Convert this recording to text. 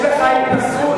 יש לך התנשאות,